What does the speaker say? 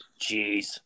Jeez